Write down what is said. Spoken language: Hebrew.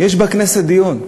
יש בכנסת דיון,